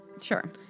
Sure